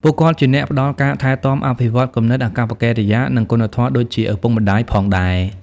ពួកគាត់ជាអ្នកផ្តល់ការថែទាំ អភិវឌ្ឍគំនិត អាកប្បកិរិយា និងគុណធម៌ដូចជាឪពុកម្តាយផងដែរ។